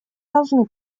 должны